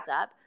up